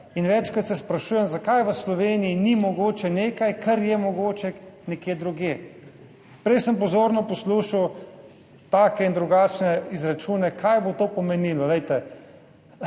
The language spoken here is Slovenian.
Večkrat se sprašujem, zakaj v Sloveniji ni mogoče nekaj, kar je mogoče nekje drugje. Prej sem pozorno poslušal take in drugačne izračune, kaj bo to pomenilo.